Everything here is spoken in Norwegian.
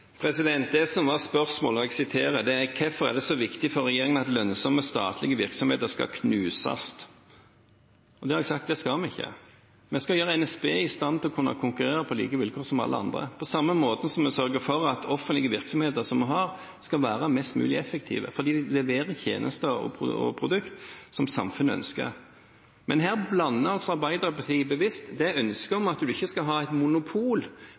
Det som var spørsmålet, var: «Hvorfor er det så viktig for regjeringen at lønnsomme statlige virksomheter skal knuses Det har jeg sagt at vi ikke skal. Vi skal gjøre NSB i stand til å kunne konkurrere på like vilkår som alle andre, på samme måten som vi sørger for at de offentlige virksomhetene vi har, skal være mest mulig effektive fordi de leverer tjenester og produkter som samfunnet ønsker. Men her blander Arbeiderpartiet bevisst ønsket om at man ikke skal ha et monopol,